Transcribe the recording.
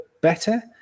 better